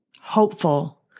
hopeful